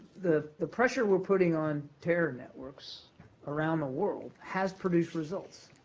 the the pressure we're putting on terror networks around the world has produced results.